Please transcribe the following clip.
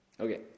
Okay